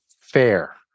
fair